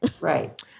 Right